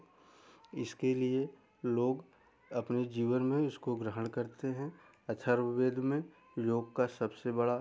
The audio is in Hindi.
इसके लिए लोग अपने जीवन में इसको ग्रहण करते हैं अथर्ववेद में योग का सबसे बड़ा